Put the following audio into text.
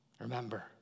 Remember